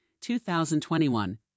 2021